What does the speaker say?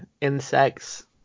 insects